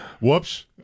Whoops